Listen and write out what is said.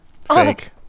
Fake